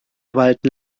walten